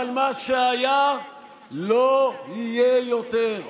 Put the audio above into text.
אבל מה שהיה לא יהיה יותר.